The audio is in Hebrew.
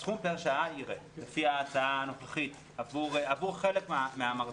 הסכום פר שעה ירד לפי ההצעה הנוכחית עבור חלק מהמרצים.